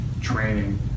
training